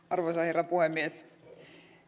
arvoisa herra puhemies